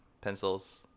pencils